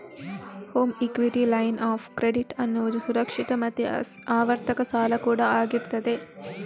home equity line of credit ಅನ್ನುದು ಸುರಕ್ಷಿತ ಮತ್ತೆ ಆವರ್ತಕ ಸಾಲ ಕೂಡಾ ಆಗಿರ್ತದೆ